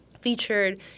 featured